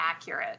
accurate